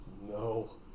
No